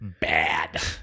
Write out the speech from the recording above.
bad